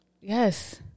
Yes